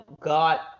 got